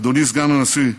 אדוני סגן הנשיא,